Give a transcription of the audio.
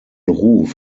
ruf